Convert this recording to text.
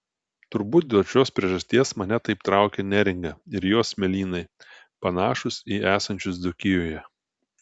turbūt dėl šios priežasties mane taip traukia neringa ir jos smėlynai panašūs į esančius dzūkijoje